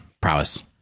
prowess